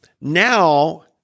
now